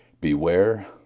Beware